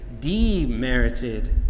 demerited